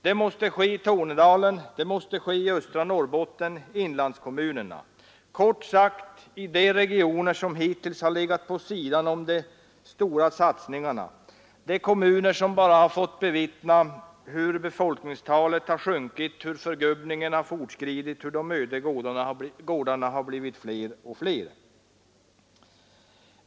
Det måste ske i Tornedalen, i östra Norrbotten och inlandskommunerna — kort sagt i de regioner som hittills legat på sidan om de stora satsningarna, de kommuner som bara har fått bevittna hur befolkningstalet sjunkit, förgubbningen fortskridit och de öde gårdarna blivit fler och fler.